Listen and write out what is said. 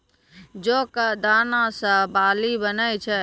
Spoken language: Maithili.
जौ कॅ दाना सॅ बार्ली बनै छै